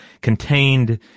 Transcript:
contained